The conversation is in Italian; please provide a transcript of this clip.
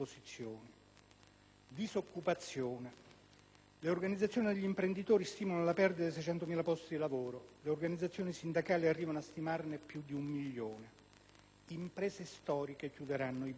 Disoccupazione: le organizzazioni degli imprenditori stimano la perdita di 600.000 posti di lavoro; le organizzazioni sindacali arrivano a stimarne più di 1.000.000; imprese storiche chiuderanno i battenti.